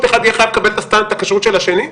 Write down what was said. אחד יהיה חייב לקבל את הכשרות של השני?